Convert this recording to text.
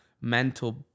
mental